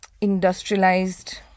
industrialized